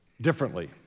differently